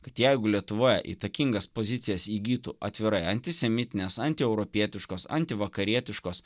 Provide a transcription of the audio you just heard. kad jeigu lietuvoje įtakingas pozicijas įgytų atvirai antisemitinės antieuropietiškos antivakarietiškos